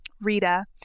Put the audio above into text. Rita